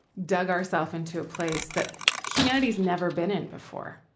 dug herself into a place that humanity's never been in before.